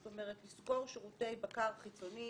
זאת אומרת, לשכור שירותי בקר חיצוני.